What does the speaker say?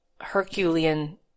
Herculean